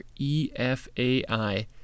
EFAI